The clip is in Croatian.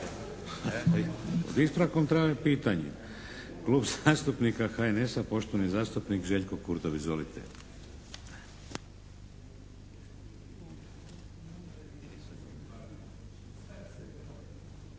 Vladimir (HDZ)** Klub zastupnika HNS-a poštovani zastupnik Željko Kurtov. Izvolite!